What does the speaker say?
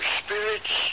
spirits